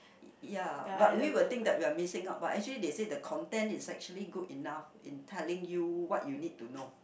ya but we will think that we will missing out but actually they said the content is actually good enough in telling you what you need to know